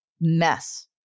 mess